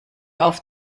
auf